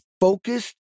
focused